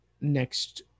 next